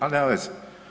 Ali nema veze.